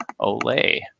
Olay